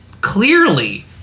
clearly